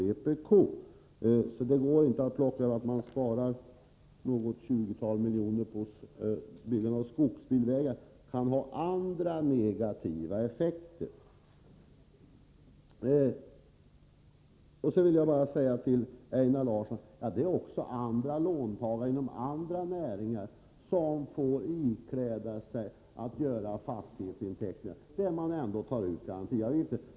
Det går inte att spara något tjugotal miljoner på att bygga skogsbilvägar. Det kan ha andra negativa effekter. Till Einar Larsson vill jag bara säga att även andra låntagare inom andra näringar får göra fastighetsinteckningar, och där tas ändå garantiavgifter ut.